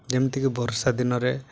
ଯେମିତିକି ବର୍ଷା ଦିନରେ